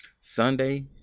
Sunday